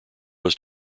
was